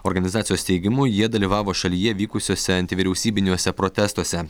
organizacijos teigimu jie dalyvavo šalyje vykusiose antivyriausybiniuose protestuose